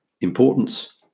Importance